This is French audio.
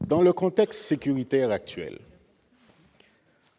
Dans le contexte sécuritaire actuel,